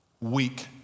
weak